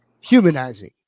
humanizing